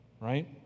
right